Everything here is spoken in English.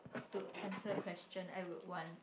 to answer your question I would want